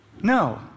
no